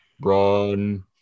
Run